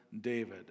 David